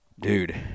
Dude